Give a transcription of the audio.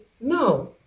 No